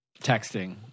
Texting